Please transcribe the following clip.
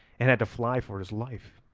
and had to fly for his life.